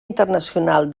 internacional